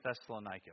Thessalonica